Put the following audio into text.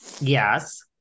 Yes